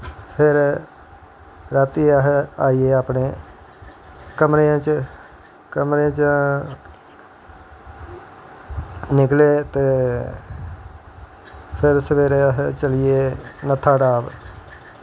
फिर राती अस आइये अपनें कमरें च कमरें च निकले ते फिर सवेरे अस चली गे नत्थाटॉप